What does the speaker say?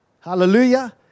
Hallelujah